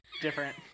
different